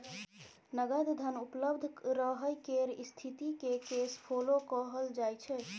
नगद धन उपलब्ध रहय केर स्थिति केँ कैश फ्लो कहल जाइ छै